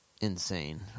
insane